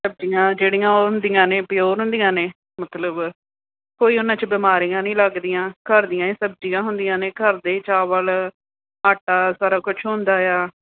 ਸਬਜ਼ੀਆਂ ਜਿਹੜੀਆਂ ਉਹ ਹੁੰਦੀਆਂ ਨੇ ਪਿਓਰ ਹੁੰਦੀਆਂ ਨੇ ਮਤਲਬ ਕੋਈ ਉਹਨਾਂ 'ਚ ਬਿਮਾਰੀਆਂ ਨਹੀਂ ਲੱਗਦੀਆਂ ਘਰ ਦੀਆਂ ਹੀ ਸਬਜ਼ੀਆਂ ਹੁੰਦੀਆਂ ਨੇ ਘਰ ਦੇ ਹੀ ਚਾਵਲ ਆਟਾ ਸਾਰਾ ਕੁਛ ਹੁੰਦਾ ਆ